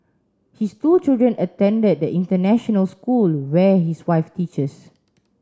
his two children attend the international school where his wife teaches